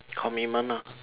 commitment lor